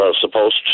supposed